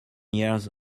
years